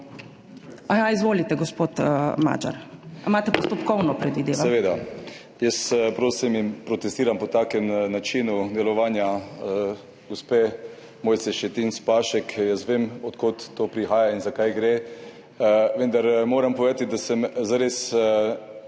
Aja, izvolite, gospod Magyar. Imate postopkovno, predvidevam?